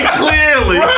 clearly